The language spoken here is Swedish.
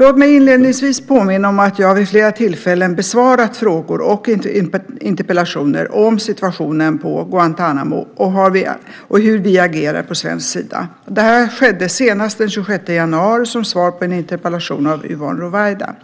Låt mig inledningsvis påminna om att jag vid flera tillfällen besvarat frågor och interpellationer om situationen på Guantánamo och hur vi agerat på svensk sida. Detta skedde senast den 26 januari som svar på en interpellation av Yvonne Ruwaida.